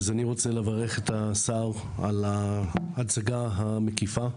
אני רוצה לברך את הששר על ההצגה המקיפה.